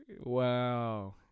Wow